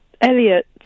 Elliot